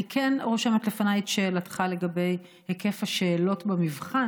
אני כן רושמת לפניי את שאלתך לגבי היקף השאלות במבחן,